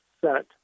set